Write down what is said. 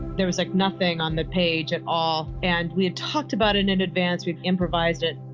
there was, like, nothing on the page at all. and we had talked about it in advance, we'd improvised it,